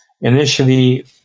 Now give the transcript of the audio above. Initially